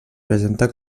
presenta